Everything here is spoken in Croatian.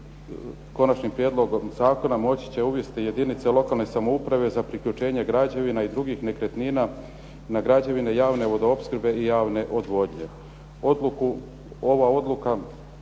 konačnim prijedlogom zakona moći će uvesti jedinice lokalne samouprave za priključenje građevina i drugih nekretnina na građevine javne vodoopskrbe i javne odvodnje.